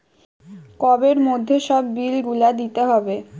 কোবের মধ্যে সব বিল গুলা দিতে হবে